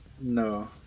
No